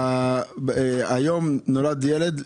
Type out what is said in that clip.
היום נולד ילד,